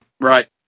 Right